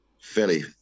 fairly